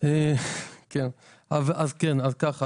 אז ככה,